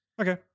Okay